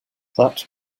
that